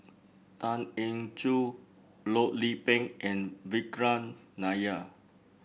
Tan Eng Joo Loh Lik Peng and Vikram Nair